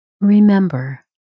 Remember